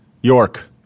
York